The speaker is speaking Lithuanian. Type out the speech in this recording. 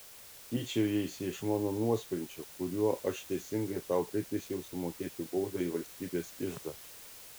tyčiojaisi iš mano nuosprendžio kuriuo aš teisingai tau priteisiau sumokėti baudą į valstybės iždą